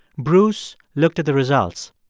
bruce looked at the results.